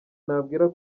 nabwira